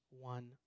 one